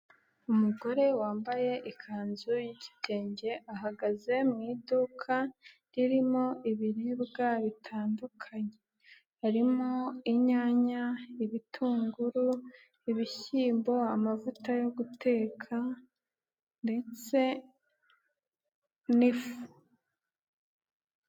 Umugore wambaye ikanzu y'igitenge ahagaze mu iduka ririmo ibiribwa bitandukanye harimo: inyanya, ibitunguru, ibishyimbo, amavuta yo guteka ndetse n'ifu.